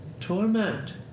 Torment